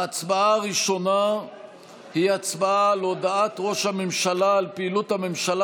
ההצבעה הראשונה היא הצבעה על הודעת ראש הממשלה על פעילות הממשלה